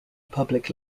public